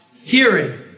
hearing